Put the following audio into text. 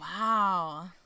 wow